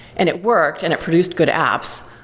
and it worked and it produced good apps.